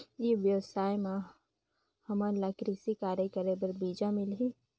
ई व्यवसाय म हामन ला कृषि कार्य करे बर बीजा मिलही?